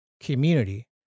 community